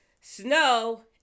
snow